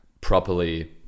properly